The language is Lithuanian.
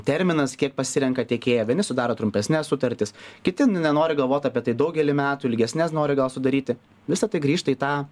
terminas kiek pasirenka tiekėją vieni sudaro trumpesnes sutartis kiti nenori galvot apie tai daugelį metų ilgesnes nori gal sudaryti visa tai grįžta į tą